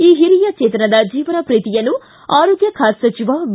ಈ ಹಿರಿಯ ಚೇತನದ ಜೀವನಪ್ರೀತಿಯನ್ನು ಆರೋಗ್ಯ ಖಾತೆ ಸಚಿವ ಬಿ